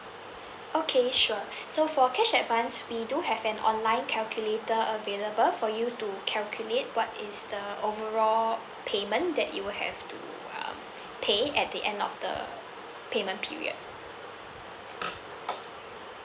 okay sure so for cash advance we do have an online calculator available for you to calculate what is the overall payment that you have to uh pay at the end of the payment period